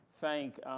thank